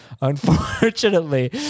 unfortunately